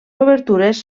obertures